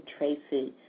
Tracy